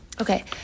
Okay